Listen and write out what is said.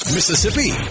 Mississippi